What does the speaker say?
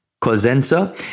Cosenza